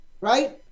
right